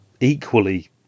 equally